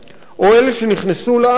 או אלה שנכנסו לארץ